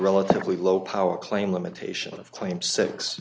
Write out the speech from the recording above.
relatively low power claim limitation of claim six